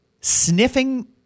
sniffing